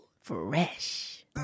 Fresh